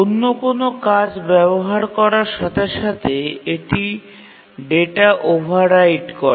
অন্য কোনও কাজ ব্যবহার করার সাথে সাথে এটি ডেটা ওভাররাইট করে